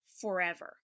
forever